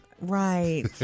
Right